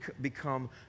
become